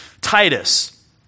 Titus